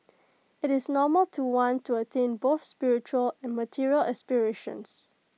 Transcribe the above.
IT is normal to want to attain both spiritual and material aspirations